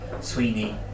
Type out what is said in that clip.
Sweeney